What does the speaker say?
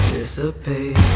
Dissipate